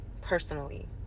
personally